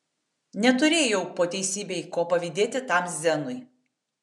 neturėjau po teisybei ko pavydėti tam zenui